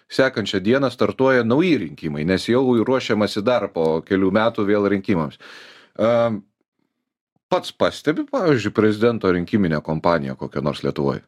sekančią dieną startuoja nauji rinkimai nes jau ruošiamasi dar po kelių metų vėl rinkimams a pats pastebiu pavyzdžiui prezidento rinkiminę kompaniją kokią nors lietuvoj